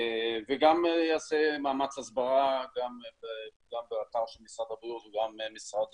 גם ייעשה מאמץ הסברה באתר של משרד הבריאות וגם של משרד